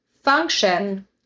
function